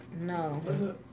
no